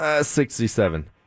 Sixty-seven